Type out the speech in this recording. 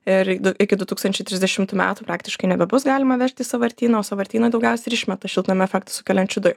ir iki du tūkstančiai trisdešimtų metų praktiškai nebebus galima vežt sąvartyną o sąvartyno daugiausiai išmeta šiltnamio efektą sukeliančių dujų